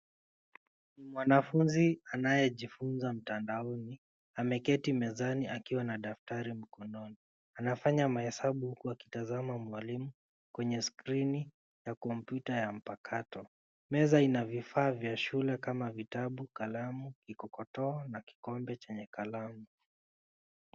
Mwanafunzi anayejifunza mtandaoni ameketi mezani akiwa na daftari mkononi. Anafanya mahesabu huku akitazama mwalimu kwenye skrini ya kompyuta ya mpakato. Meza ina vifaa vya shule kama vitabu, kalamu, kikokotoa na kikombe chenye kalamu.